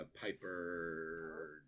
Piper